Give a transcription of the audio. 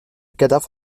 cadavre